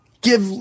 Give